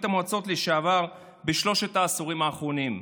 המועצות לשעבר בשלושת העשורים האחרונים.